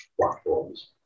platforms